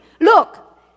Look